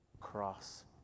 Cross